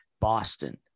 Boston